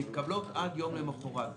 מתקבלות עד ליום למחרת.